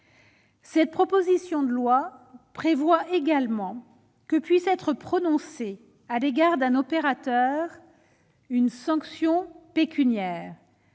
Cette proposition de loi prévoit également que puissent être prononcées à l'égard d'un opérateur une sanction pécuniaire,